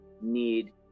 need